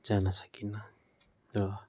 जान सकिँन र